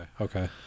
okay